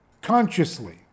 consciously